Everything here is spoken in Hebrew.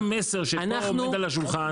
זה המסר שפה עומד על השולחן.